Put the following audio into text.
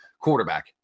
quarterback